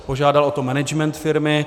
Požádal o to management firmy.